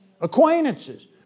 acquaintances